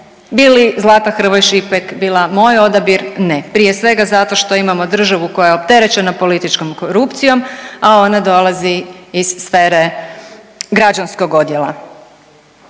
Bi li Zlata Hrvoj Šipek bila moj odabir? Ne, prije svega zato što imamo državu koja je opterećena političkom korupcijom, a ona dolazi iz sfere građanskog odjela.